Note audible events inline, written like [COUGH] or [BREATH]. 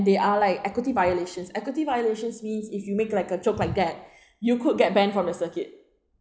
there are like equity violations equity violations means if you make like a joke like that [BREATH] you could get banned from the circuit